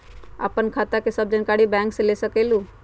आपन खाता के सब जानकारी बैंक से ले सकेलु?